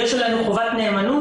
יש עלינו חובת נאמנות,